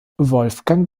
wolfgang